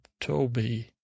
Toby